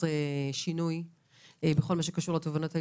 שינוי כל מה שקשור לתובענות הייצוגיות.